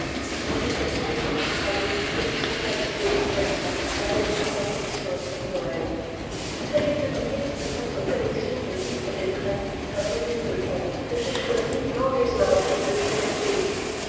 mais je suis sûr moucher ami que vous sympathisez parfaitement avec mon affection pour noël vous allez publier dans votre collection de livres d'étrennes un volume de contes que j'ai choisis dans des œuvres de divers pays